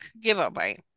giveaway